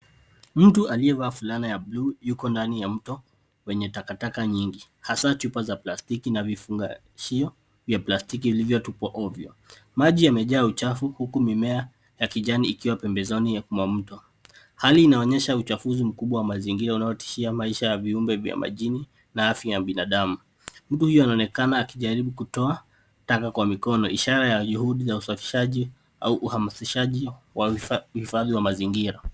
Mtu aliyevaa fulana ya bluu yuko ndani ya mto wenye takataka nyingi hasa chupa za plastiki na vifungashio vya plastiki vilivyotupwa ovyo. Maji yamejaa uchafu huku mimea ya kijani ikiwa pembezoni mwa mto. Hali inaonyesha uchafuzi mkubwa wa mazingira unaotishia maisha ya viumbe vya majini na afya ya binadamu. Mtu huyu anaonekana akijaribu kutoa taka kwa mikono ishara ya juhudi za usafishaji au uhamasishaji wa uhifadhi wa mazingira.